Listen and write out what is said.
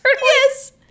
Yes